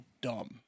dumb